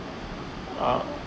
uh